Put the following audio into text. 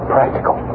Practical